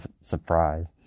surprise